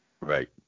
Right